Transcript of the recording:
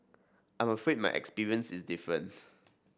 I'm afraid my experience is different